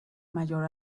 mayor